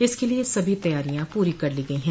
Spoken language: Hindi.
इसके लिये सभी तैयारियां पूरी कर ली गई है